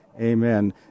Amen